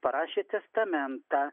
parašė testamentą